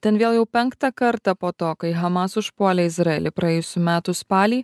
ten vėl jau penktą kartą po to kai hamas užpuolė izraelį praėjusių metų spalį